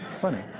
funny